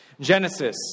Genesis